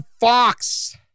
Fox